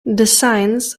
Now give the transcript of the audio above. designs